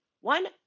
one